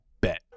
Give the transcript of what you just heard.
bet